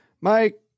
Mike